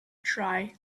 try